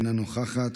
אינה נוכחת,